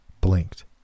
blinked